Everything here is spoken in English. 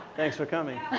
thanks for coming.